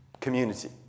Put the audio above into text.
community